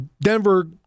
Denver